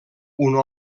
una